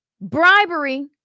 bribery